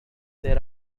there